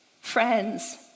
Friends